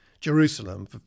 Jerusalem